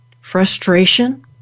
frustration